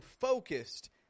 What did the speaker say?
focused